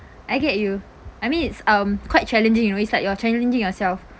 I get you I mean it's um quite challenging you know it's like you're challenging yourself